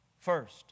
first